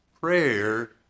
Prayer